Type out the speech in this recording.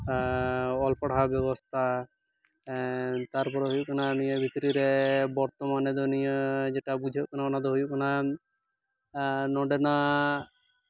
ᱚᱞ ᱯᱟᱲᱦᱟᱣ ᱵᱮᱵᱚᱥᱛᱟ ᱛᱟᱨᱯᱚᱨᱮ ᱦᱩᱭᱩᱜ ᱠᱟᱱᱟ ᱱᱤᱭᱟᱹ ᱵᱷᱚᱤᱛᱨᱤ ᱨᱮ ᱵᱚᱨᱛᱚᱢᱟᱱ ᱨᱮᱫᱚ ᱱᱤᱭᱟᱹ ᱡᱮᱴᱟ ᱵᱩᱡᱷᱟᱹᱜ ᱠᱟᱱᱟ ᱚᱱᱟ ᱫᱚ ᱦᱩᱭᱩᱜ ᱠᱟᱱᱟ ᱱᱚᱸᱰᱮᱱᱟᱜ